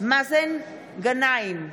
מאזן גנאים,